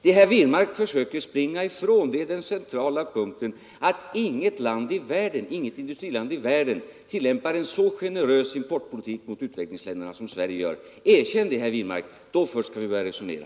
Det herr Wirmark försöker springa ifrån är den centrala punkten, nämligen att inget annat industriland i världen tillämpar en så generös importpolitik gentemot utvecklingsländerna som Sverige gör. Erkänn det, herr Wirmark! Då först kan vi börja resonera.